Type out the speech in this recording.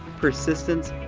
persistence,